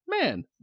man